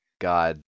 God